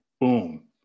Boom